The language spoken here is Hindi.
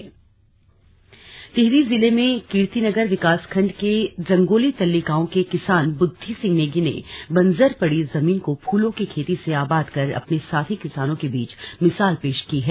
टिहरी किसान टिहरी जिले में कीर्तिनगर विकासखंड के रंगोली तल्ली गांव के किसान बुद्धि सिंह नेगी ने बंजर पड़ी जमीन को फूलों की खेती से आबाद कर अपने साथी किसानों के बीच मिसाल पेश की है